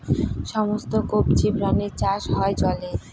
সমস্ত কবজি প্রাণীর চাষ হয় জলে